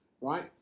right